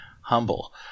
humble